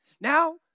Now